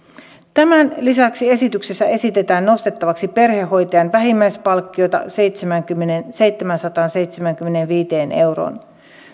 tämän lisäksi esityksessä esitetään nostettavaksi perhehoitajan vähimmäispalkkiota seitsemäänsataanseitsemäänkymmeneenviiteen euroon